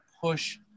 push